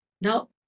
now